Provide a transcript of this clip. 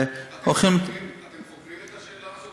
הולכים, אתם חוקרים את השאלה הזאת?